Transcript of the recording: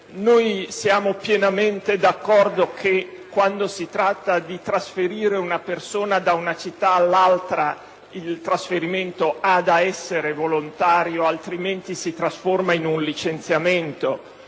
Ora, siamo pienamente d'accordo che, quando si tratta di trasferire una persona da una città all'altra, il trasferimento debba essere volontario, altrimenti si trasforma in un licenziamento,